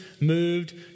moved